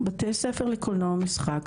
בתי ספר לקולנוע ומשחק,